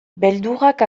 beldurrak